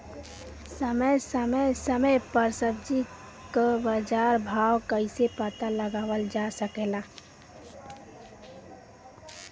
समय समय समय पर सब्जी क बाजार भाव कइसे पता लगावल जा सकेला?